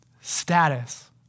status